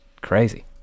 Crazy